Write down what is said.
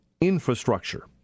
infrastructure